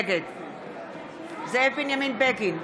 נגד זאב בנימין בגין,